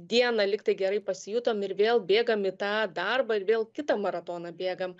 dieną lyg tai gerai pasijutom ir vėl bėgam į tą darbą ir vėl kitą maratoną bėgam